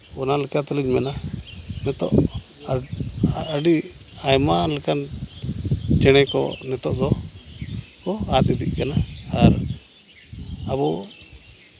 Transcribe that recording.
ᱚᱱᱟ ᱞᱮᱠᱟ ᱛᱮᱞᱤᱧ ᱢᱮᱱᱟ ᱱᱤᱛᱚᱜ ᱟᱹᱰᱤ ᱟᱭᱢᱟ ᱞᱮᱠᱟᱱ ᱪᱮᱬᱮ ᱠᱚ ᱱᱤᱛᱚᱜ ᱫᱚ ᱠᱚ ᱟᱫ ᱤᱫᱤᱜ ᱠᱟᱱᱟ ᱟᱨ ᱟᱵᱚ